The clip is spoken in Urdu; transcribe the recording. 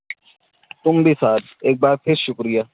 تم بھی صاحب ایک بار پھر شکریہ